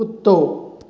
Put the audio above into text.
कुतो